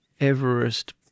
Everest